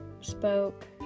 spoke